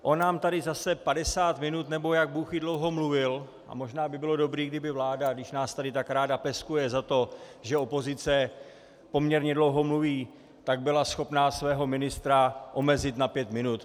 On nám tady zase padesát minut, nebo jak bůhví dlouho, mluvil a možná by bylo dobré, kdyby vláda, když nás tady tak ráda peskuje za to, že opozice poměrně dlouho mluví, byla schopna svého ministra omezit na pět minut.